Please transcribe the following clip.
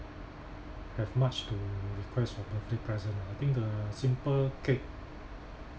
have much to request for birthday present ah I think the simple cake